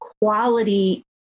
quality